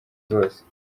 zose